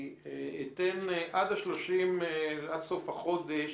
אני אתן עד ה-30, עד סוף החודש.